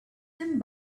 them